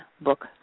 book